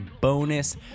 bonus